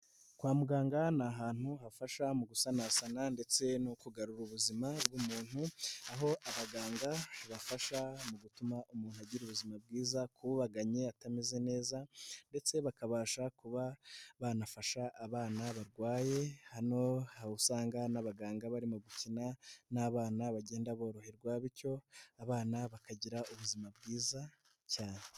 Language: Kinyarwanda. Kwa muganga ni ahantu hafasha mu gusanasana ndetse no kugarura ubuzima bw'umuntu. Aho abaganga bafasha mu gutuma umuntu agira ubuzima bwiza. Kubagannye atameze neza ndetse bakabasha kuba banafasha abana barwaye. Hano usanga n'abaganga barimo gukina n'abana bagenda boroherwa bityo abana bakagira ubuzima bwiza cyane.